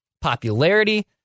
popularity